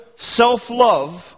self-love